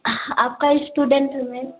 आपका स्टूडेंट में